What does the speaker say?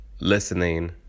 listening